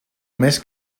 mes